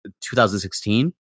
2016